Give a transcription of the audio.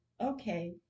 okay